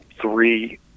three